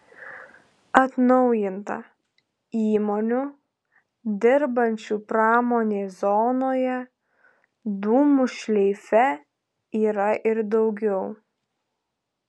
atnaujinta įmonių dirbančių pramonės zonoje dūmų šleife yra ir daugiau